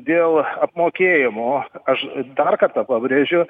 dėl apmokėjimo aš dar kartą pabrėžiu